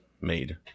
made